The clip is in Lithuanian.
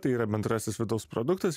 tai yra bendrasis vidaus produktas